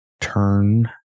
turn